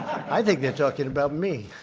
i think they're talking about me.